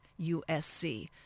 USC